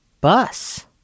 bus